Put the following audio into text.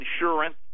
Insurance